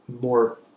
more